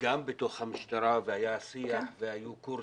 גם בתוך המשטרה והיה שיח והיו קוּרסים,